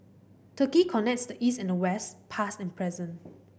Turkey connects the East and the West past and present